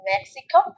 Mexico